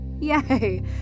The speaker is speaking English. yay